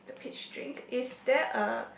the peach drink is there a